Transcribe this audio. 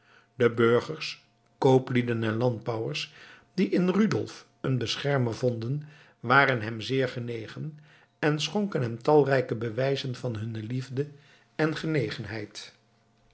de burgers kooplieden en landbouwers die in rudolf een beschermer vonden waren hem zeer genegen en schonken hem talrijke bewijzen van hunne liefde en genegenheid